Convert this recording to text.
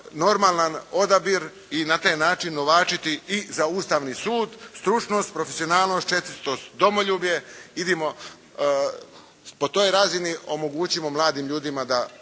normalan odabir i na taj način novačiti i za Ustavni sud stručnost, profesionalnost, čestitost, domoljublje. Idemo po toj razini, omogućimo mladim ljudima da